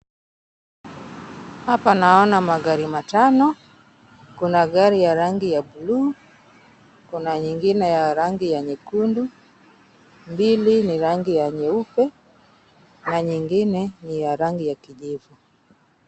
Hapa naona magari matano . Kuna gari ya rangi ya buluu, kuna nyingine ya rangi ya nyekundu, mbili ni rangi ya nyeupe na nyingine ni ya rangi ya kijivu.